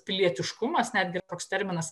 pilietiškumas netgi toks terminas